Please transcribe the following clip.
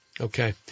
Okay